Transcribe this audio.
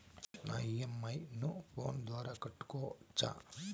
నా ఇ.ఎం.ఐ ను ఫోను ద్వారా కట్టొచ్చా?